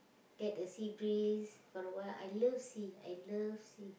get the sea breeze for awhile I love sea I love sea